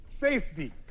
safety